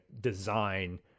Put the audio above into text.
design